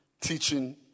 teaching